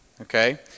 Okay